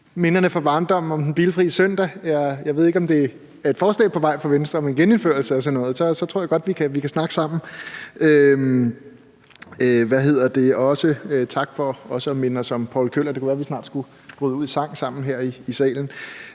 minderne fra barndommen om den bilfrie søndag. Jeg ved ikke, om der er et forslag på vej fra Venstre om en genindførelse af sådan noget. For så tror jeg godt, vi kan snakke sammen, og også tak for at minde os om Poul Kjøller, det kunne være, vi snart skulle bryde ud i sang sammen her i salen.